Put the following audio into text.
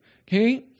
Okay